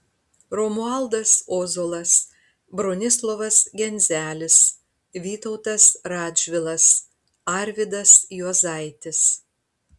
romualdas ozolas bronislovas genzelis vytautas radžvilas arvydas juozaitis